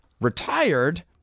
retired